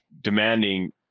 demanding